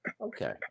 Okay